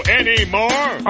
anymore